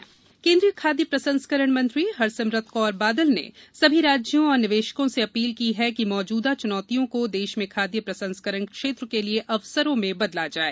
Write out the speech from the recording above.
खाद्य प्रसंस्करण केन्द्रीय खाद्य प्रसंस्करण मंत्री हरसिमरत कौर बादल ने सभी राज्यों और निवेशकों से अपील की है कि मौजूदा चुनौतियों को देश में खाद्य प्रसंस्करण क्षेत्र के लिए अवसरों में बदला जाए